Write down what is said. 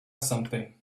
something